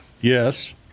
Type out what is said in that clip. Yes